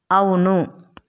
అవును